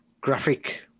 graphic